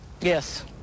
Yes